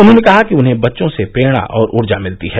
उन्होंने कहा कि उन्हें बच्चों से प्रेरणा और ऊर्जा मिलती है